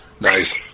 Nice